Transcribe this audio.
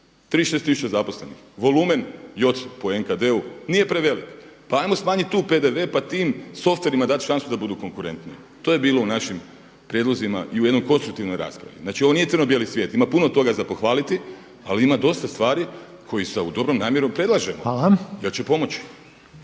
tisuća zaposlenih, volumen je po NKD-u nije prevelik, pa ajmo smanjiti tu PDV pa tim softverima dat šansu da budu konkurentniji. To je bilo u našim prijedlozima i u jednoj konstruktivnoj raspravi. Znači ovo nije crno bijeli svijet, ima puno toga za pohvaliti ali ima dosta stvari koji sa ovom dobrom namjerom predlažemo jer će pomoći.